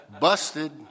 Busted